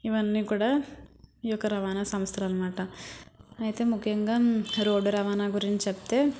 ఇవన్నీ కూడా ఈ యొక్క రవాణా సంస్థలన్నమాట అయితే ముఖ్యంగా రోడ్డు రవాణా గురించి చెప్తే